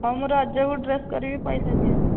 ହଁ ମୁଁ ରଜକୁ ଡ୍ରେସ୍ କରିବି ପଇସା ଦିଅ